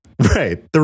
Right